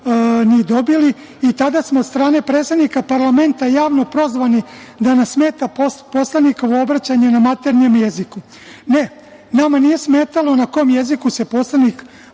ni dobili. Tada smo od strane predsednika parlamenta javno prozvani da nam smeta poslanikovo obraćanje na maternjem jeziku. Ne, nama nije smetalo na kom jeziku se poslanik